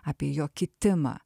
apie jo kitimą